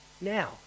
now